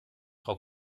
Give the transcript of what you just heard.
frau